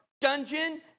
dungeon